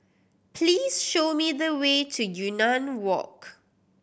please show me the way to Yunnan Walk